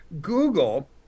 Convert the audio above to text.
Google